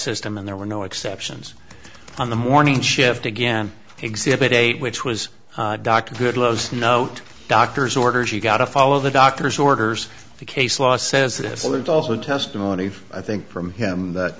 system and there were no exceptions on the morning shift again exhibit eight which was dr good los note doctor's orders you got to follow the doctor's orders the case law says that if there's also testimony i think from him that